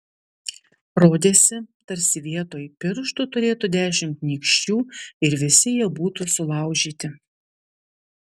rodėsi tarsi vietoj pirštų turėtų dešimt nykščių ir visi jie būtų sulaužyti